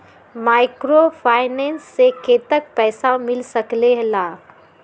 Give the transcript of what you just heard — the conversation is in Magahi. माइक्रोफाइनेंस से कतेक पैसा मिल सकले ला?